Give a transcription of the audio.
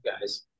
guys